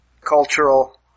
cultural